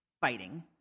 fighting